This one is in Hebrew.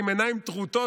עם עיניים טרוטות,